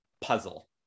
puzzle